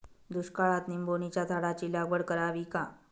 दुष्काळात निंबोणीच्या झाडाची लागवड करावी का?